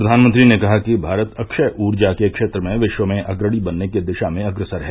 प्रधानमंत्री ने कहा कि भारत अक्षय ऊर्जा के क्षेत्र में विश्व में अग्रणी बनने की दिशा में अग्रसर है